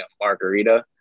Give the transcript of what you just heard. margarita